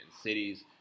cities